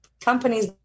companies